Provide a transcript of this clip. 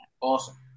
Awesome